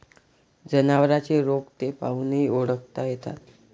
जनावरांचे रोग ते पाहूनही ओळखता येतात